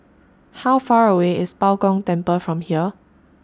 How Far away IS Bao Gong Temple from here